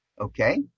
okay